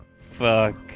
Fuck